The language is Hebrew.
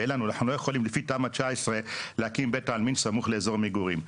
ואנחנו לא יכולים לפי תמ"א 19 להקים בית עלמין סמוך למקום מגורים,